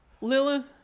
lilith